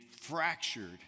fractured